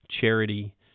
charity